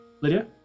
Lydia